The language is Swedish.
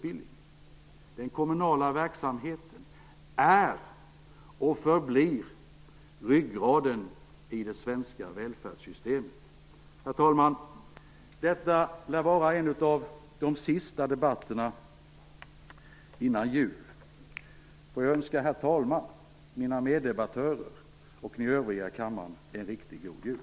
Den kommunala verksamheten är och förblir ryggraden i det svenska välfärdssystemet. Herr talman! Detta lär vara en av de sista debatterna före jul. Låt mig önska herr talmannen, mina meddebattörer och er övriga i kammaren en riktigt god jul.